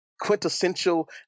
quintessential